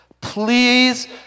please